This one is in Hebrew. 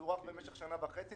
זה הוארך במשך שנה וחצי.